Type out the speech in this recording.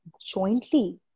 jointly